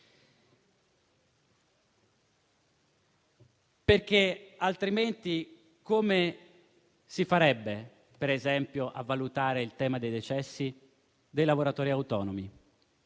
Altrimenti, come si farebbe, per esempio, a valutare il tema dei decessi dei lavoratori autonomi